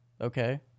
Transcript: Okay